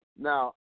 Now